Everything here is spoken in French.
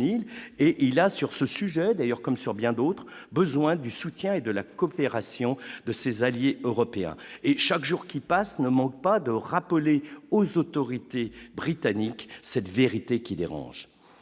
île et il sur ce sujet d'ailleurs, comme sur bien d'autres besoin du soutien et de la coopération de ses alliés européens et chaque jour qui passe, ne manque pas de rappeler aux autorités britanniques, cette vérité qui dérange